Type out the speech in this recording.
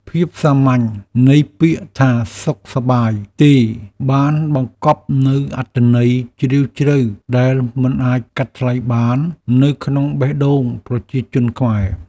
ភាពសាមញ្ញនៃពាក្យថាសុខសប្បាយទេបានបង្កប់នូវអត្ថន័យជ្រាលជ្រៅដែលមិនអាចកាត់ថ្លៃបាននៅក្នុងបេះដូងប្រជាជនខ្មែរ។